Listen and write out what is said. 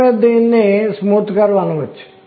B గా ఉండబోతున్నాయి ఇది zB కి సమానంగా ఉంటుంది